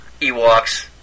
Ewoks